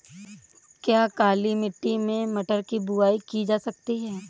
क्या काली मिट्टी में मटर की बुआई की जा सकती है?